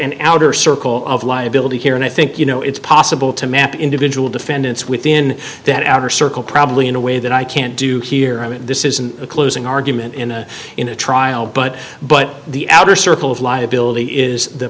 and outer circle of liability here and i think you know it's possible to map individual defendants within that outer circle probably in a way that i can't do here this isn't a closing argument in a in a trial but but the outer circle of liability is the